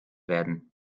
werden